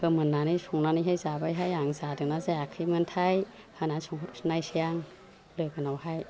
फोमोननानै संनानैहाय जाबायहाय आं जादोंना जायाखैमोनथाय होनानै सोंहरफिन्नायसै आं लोगोनावहाय